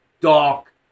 Dark